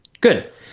good